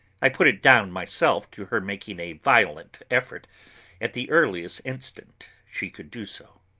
i put it down myself to her making a violent effort at the earliest instant she could do so.